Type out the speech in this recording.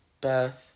birth